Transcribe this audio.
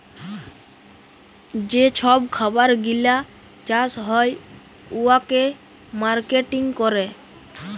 যে ছব খাবার গিলা চাষ হ্যয় উয়াকে মার্কেটিং ক্যরে